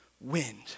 wind